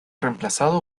reemplazado